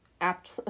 Apt